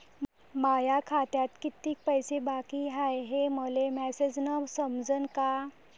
माया खात्यात कितीक पैसे बाकी हाय हे मले मॅसेजन समजनं का?